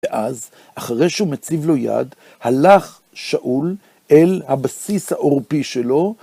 ואז, אחרי שהוא מציב לו יד, הלך שאול אל הבסיס העורפי שלו...